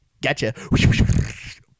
gotcha